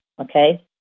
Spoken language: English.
okay